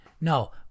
No